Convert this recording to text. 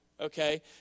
Okay